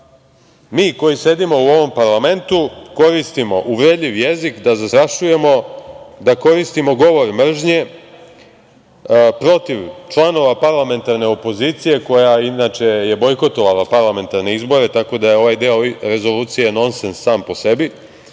mi koji sedimo u ovom parlamentu koristimo uvredljiv jezik, da zastrašujemo, da koristimo govor mržnje protiv članova parlamentarne opozicije koja je inače bojkotovala parlamentarne izbore, tako da je ovaj deo Rezolucije nonsens sam po sebi,